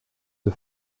the